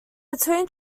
between